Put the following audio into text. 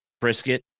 brisket